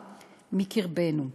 אלי בן-דהן,